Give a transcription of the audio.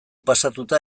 pasatuta